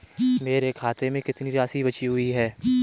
मेरे खाते में कितनी राशि बची हुई है?